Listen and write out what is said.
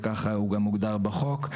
וככה הוא מוגדר גם בחוק,